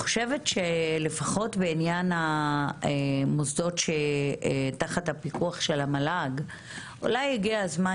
לפחות בעניין מוסדות שהם תחת הפיקוח של המל"ג אולי הגיע הזמן